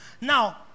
now